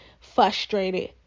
frustrated